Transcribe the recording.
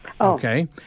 okay